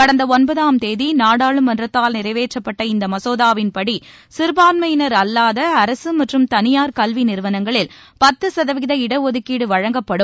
கடந்த ஒன்பதாம் தேதி நாடாளுமன்றத்தால் நிறைவேற்றப்பட்ட இந்த மசோதாவின்படி சிறுபான்மையினர் அல்லாத அரசு மற்றும் தனியார் கல்வி நிறுவனங்களில் பத்து சதவீத இட ஒதுக்கீடு வழங்கப்படும்